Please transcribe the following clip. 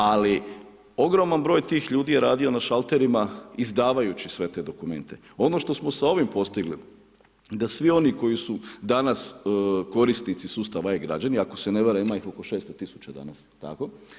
Ali, ogroman broj tih ljudi je radio na šalterima, izdvajajući sve te dokumente, ono što smo s ovim postigli, da svi oni koji su danas korisnici sustava e-građana, ako se ne varam ima ih oko 600000 danas, jel tako.